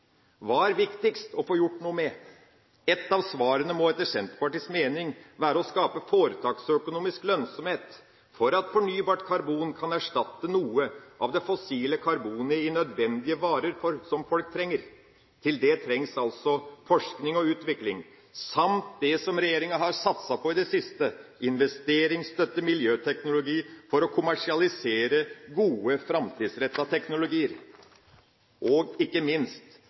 Hva er viktigst å få gjort noe med? Ett av svarene må etter Senterpartiets mening være å skape foretaksøkonomisk lønnsomhet for at fornybart karbon kan erstatte noe av det fossile karbonet i varer som folk trenger. Til det trengs altså forskning og utvikling samt det som regjeringa har satset på i det siste: investeringsstøtte, miljøteknologi for å kommersialisere gode, framtidsrettede teknologier og, ikke minst,